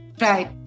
Right